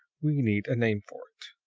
we need a name for it.